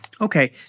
Okay